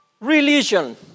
Religion